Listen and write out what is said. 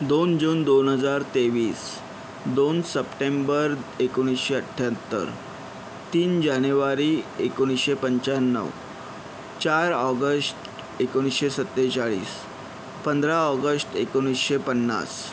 दोन जून दोन हजार तेवीस दोन सप्टेंबर एकोणीसशे अठ्याहत्तर तीन जानेवारी एकोणीसशे पंच्याण्णव चार ऑगस्ट एकोणीसशे सत्तेचाळीस पंधरा ऑगस्ट एकोणीसशे पन्नास